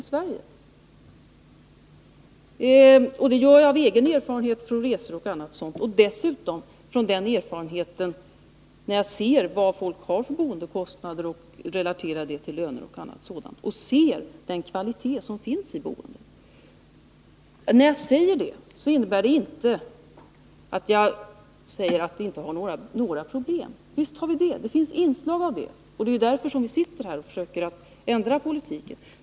Den slutsatsen drar jag av egen erfarenhet från resor bl.a. och av vad jag ser att människor har i boendekostnader, relaterade till löner och till den kvalitet som finns i boendet. Jag säger inte därmed att vi inte har några problem. Visst har vi problem, det är därför vi sitter här och försöker ändra politiken.